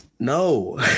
No